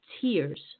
tears